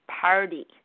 party